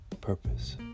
purpose